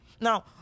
Now